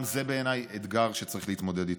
גם זה בעיניי אתגר שצריך להתמודד איתו.